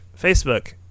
Facebook